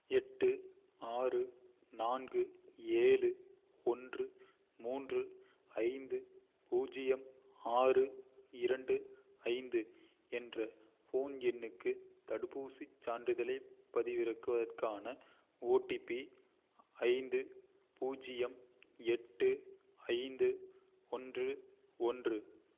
எட்டு ஆறு நான்கு ஏழு ஒன்று மூன்று ஐந்து பூஜ்ஜியம் ஆறு இரண்டு ஐந்து என்ற ஃபோன் எண்ணுக்கு தடுப்பூசிச் சான்றிதழைப் பதிவிறக்குவதற்கான ஓடிபி ஐந்து பூஜ்ஜியம் எட்டு ஐந்து ஒன்று ஒன்று